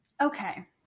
Okay